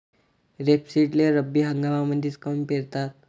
रेपसीडले रब्बी हंगामामंदीच काऊन पेरतात?